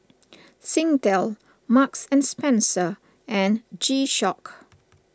Singtel Marks and Spencer and G Shock